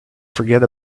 forget